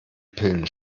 pillen